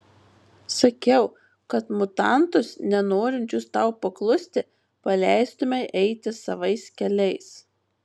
sakiau kad mutantus nenorinčius tau paklusti paleistumei eiti savais keliais